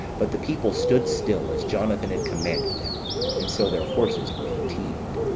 but the people stood still, as jonathan had commanded them and so their horses were fatigued.